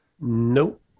Nope